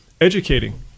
educating